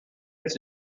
its